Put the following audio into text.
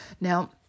Now